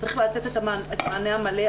צריך לתת את המענה המלא.